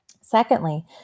Secondly